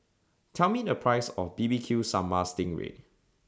Tell Me The Price of B B Q Sambal Sting Ray